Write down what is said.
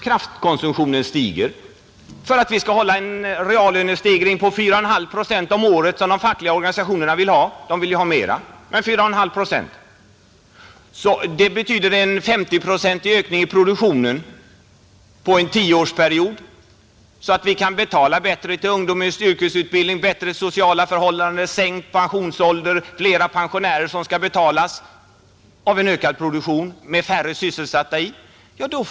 Kraftkonsumtionen stiger för att vi skall kunna hålla en reallönestegring på 4,5 procent om året; de fackliga organisationerna vill ha mer, Det betyder en SO0-procentig ökning av produktionen under en 10-årsperiod, Det behövs om vi skall kunna satsa mer på ungdomens yrkesutbildning, bättre sociala förhållanden och sänkt pensionsålder och betala pensioner till fler pensionärer, och göra detta av en ökad produktion som har färre sysselsatta, Då får vi öka den energi vi sätter in; det finns ingen annan väg. Om vi skall fördubbla produktionen av elenergi på 10 år för att kunna höja produktionen av varor med 50 procent, då får vi bygga ut. Och då uppstår de här problemen.